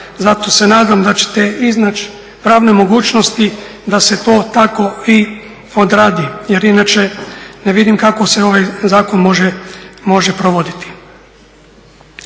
Zato se nadam da ćete iznaći pravne mogućnosti da se to tako i odradi, jer inače ne vidim kako se ovaj zakon može provoditi.